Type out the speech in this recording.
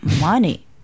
money